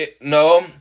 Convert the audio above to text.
no